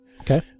Okay